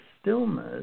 stillness